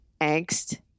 angst